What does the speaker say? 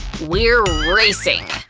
we're racing!